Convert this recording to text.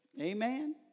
Amen